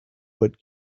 what